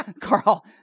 Carl